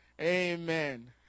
Amen